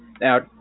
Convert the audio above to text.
Now